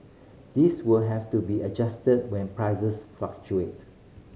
these will have to be adjusted when prices fluctuate